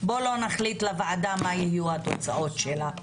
בוא לא נחליט לוועדה מה יהיו התוצאות שלה.